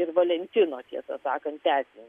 ir valentino tiesą sakant tęsinio